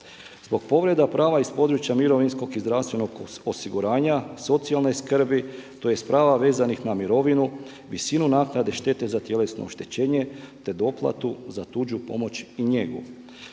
zbog povreda prava iz područja mirovinskog i zdravstvenog osiguranja, socijalne skrbi tj. prava vezanih na mirovinu, visinu naknade štete za tjelesno oštećenje, te doplatu za tuđu pomoć i njegu,